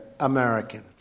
American